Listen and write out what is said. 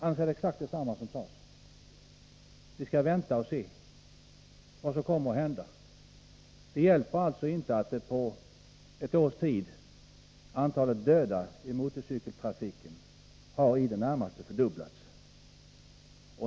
Annars är det exakt samma besked: vi skall vänta och se vad som kommer att hända. Det hjälper alltså inte att antalet döda i motorcykeltrafiken på ett år i det närmaste har fördubblats.